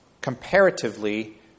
comparatively